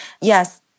yes